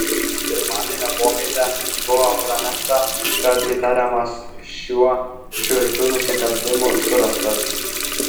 pirmadienio popietę buvo pranešta kad įtariamas šiuo šiurpiu nusikaltimu surastas